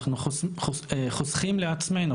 אנחנו חוסכים לעצמנו,